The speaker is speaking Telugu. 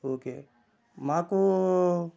ఓకే మాకు